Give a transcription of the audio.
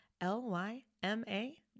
L-Y-M-A